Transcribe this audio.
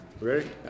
Ready